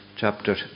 chapter